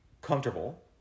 comfortable